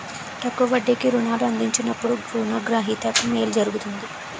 తక్కువ వడ్డీకి రుణాలు అందించినప్పుడు రుణ గ్రహీతకు మేలు జరుగుతుంది